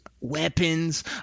weapons